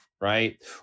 Right